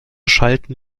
schalten